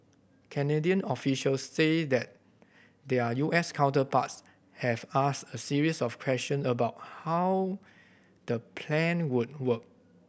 Canadian officials say that their U S counterparts have asked a series of question about how the plan would work